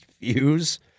views